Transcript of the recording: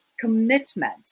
commitment